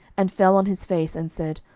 and fell on his face, and said,